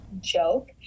joke